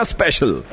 Special